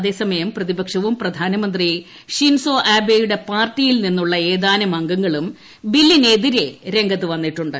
അതേസമയം പ്രതിപക്ഷവും പ്രധാനമന്ത്രി ഷിൻസോ ആബേയുടെ പാർട്ടിയിൽ നിന്നുള്ള ഏതാനും അംഗങ്ങളും ബില്ലിനെതിരെ രംഗത്ത് വന്നിട്ടുണ്ട്